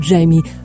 Jamie